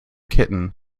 kitten